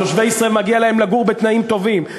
תושבי ישראל, מגיע להם לגור בתנאים טובים.